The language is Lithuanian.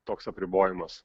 toks apribojimas